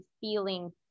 feeling